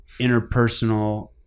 interpersonal